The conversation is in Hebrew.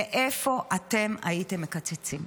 מאיפה אתם הייתם מקצצים?